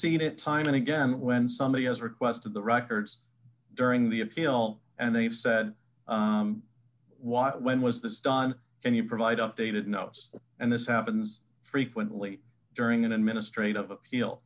seen it time and again when somebody has requested the records during the appeal and they've said why when was this done and you provide updated notes and this happens frequently during an administrative appeal